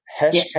Hashtag